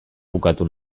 bukatu